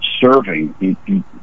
serving